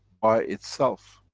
by itself.